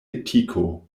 etiko